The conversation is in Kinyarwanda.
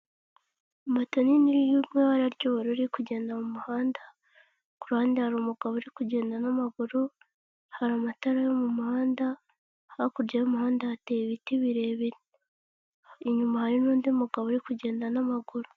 Moto nini yo mu ibara ry'ubururu iri kugenda mu muhanda. Ku ruhande hari umugabo uri kugenda n'amaguru. hari amatara yo mu muhanda. Hakurya y'umuhanda hateye ibiti birebi. Inyuma hari nundi mugabo uri kugenda n'amaguru.